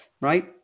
right